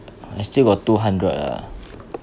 I still got two hundred ah